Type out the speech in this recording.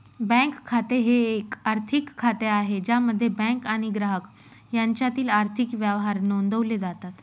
bank खाते हे एक आर्थिक खाते आहे ज्यामध्ये बँक आणि ग्राहक यांच्यातील आर्थिक व्यवहार नोंदवले जातात